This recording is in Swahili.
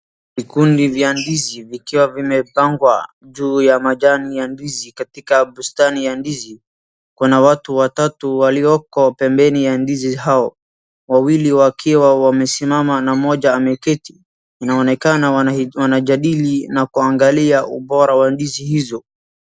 Vikundi vya ndizi vikiwa vimepangwa juu ya majani ya ndizi katika bustani ya ndizi. Kuna watu watatu walioko pembeni ya ndizi hao wawili wakiwa wamesimama na moja ameketi. Inaonekana wanajadili na kuangalia ubora wa ndizi hizo.